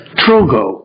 trogo